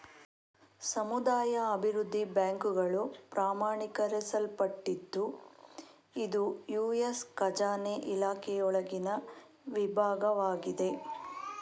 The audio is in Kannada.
ಸಮುದಾಯ ಅಭಿವೃದ್ಧಿ ಬ್ಯಾಂಕುಗಳು ಪ್ರಮಾಣೀಕರಿಸಲ್ಪಟ್ಟಿದ್ದು ಇದು ಯು.ಎಸ್ ಖಜಾನೆ ಇಲಾಖೆಯೊಳಗಿನ ವಿಭಾಗವಾಗಿದೆ